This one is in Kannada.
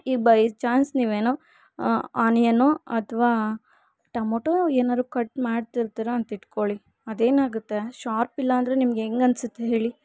ಈ ಬೈ ಚಾನ್ಸ್ ನೀವೇನೋ ಆನಿಯನೋ ಅಥ್ವಾ ಟಮೋಟೋ ಏನಾರು ಕಟ್ ಮಾಡ್ತಿರ್ತಿರಾ ಅಂತಿಟ್ಕೊಳ್ಳಿ ಅದೇನಾಗುತ್ತೆ ಶಾರ್ಪಿಲ್ಲ ಅಂದರೆ ನಿಮ್ಗೆ ಹೆಂಗನ್ಸುತ್ತೆ ಹೇಳಿ